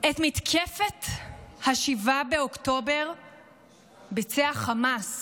את מתקפת 7 באוקטובר ביצע חמאס,